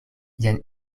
jen